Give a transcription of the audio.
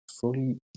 fully